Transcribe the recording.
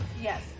Yes